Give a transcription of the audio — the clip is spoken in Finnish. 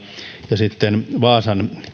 ja sitten vaasan